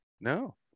No